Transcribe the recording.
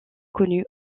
connue